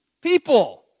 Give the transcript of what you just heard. People